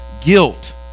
guilt